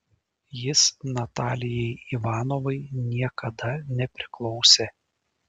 jis natalijai ivanovai niekada nepriklausė